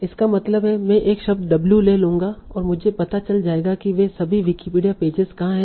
इसका मतलब है मैं एक शब्द w ले लूँगा और मुझे पता चल जाएगा कि वे सभी विकिपीडिया पेजेज कहाँ हैं